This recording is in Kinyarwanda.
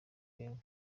gangs